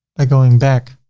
by going back,